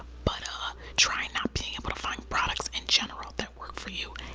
but try not being able to find products in general that work for you,